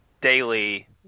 daily